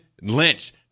Lynch